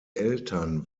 eltern